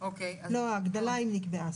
לא ההגדלה, אם נקבעה,